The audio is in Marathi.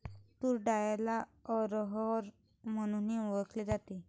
तूर डाळला अरहर म्हणूनही ओळखल जाते